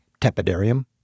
tepidarium